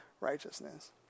righteousness